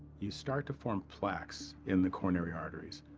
you start to form plaques in the coronary arteries.